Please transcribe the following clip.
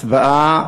הצבעה.